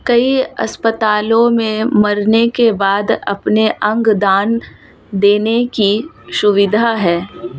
कई अस्पतालों में मरने के बाद अपने अंग दान देने की सुविधा है